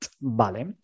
vale